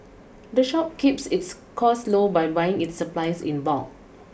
the shop keeps its costs low by buying its supplies in bulk